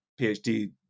PhD